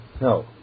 no